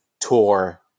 tour